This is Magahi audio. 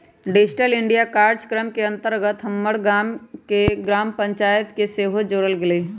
डिजिटल इंडिया काजक्रम के अंतर्गत हमर गाम के ग्राम पञ्चाइत के सेहो जोड़ल गेल हइ